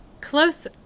close